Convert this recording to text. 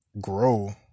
grow